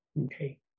okay